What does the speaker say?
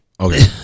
Okay